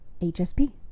hsp